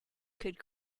could